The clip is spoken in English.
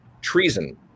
treason